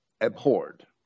abhorred